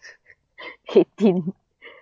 eighteen